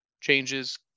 changes